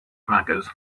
braggers